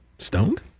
Stoned